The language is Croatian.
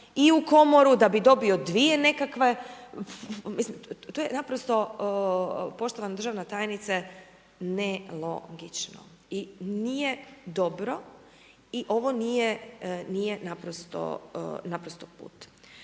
i u Komoru da bi dobio 2 nekakve, mislim, to je naprosto, poštovana državna tajnice, nelogično, i nije dobro, i ovo nije naprosto put.